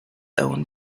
own